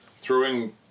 throwing